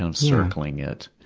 um circling it.